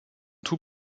tout